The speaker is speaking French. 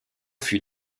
fut